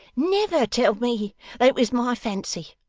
never tell me that it was my fancy,